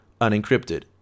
unencrypted